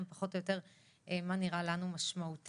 פחות או יותר מה נראה לנו משמעותי.